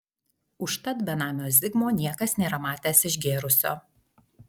užtat benamio zigmo niekas nėra matęs išgėrusio